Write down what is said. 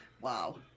Wow